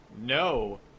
No